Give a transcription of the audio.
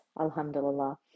alhamdulillah